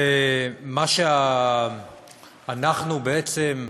שאנחנו בעצם,